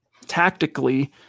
tactically